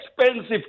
expensive